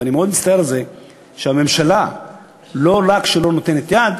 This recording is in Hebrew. אני מאוד מצטער שהממשלה לא רק שלא נותנת יד,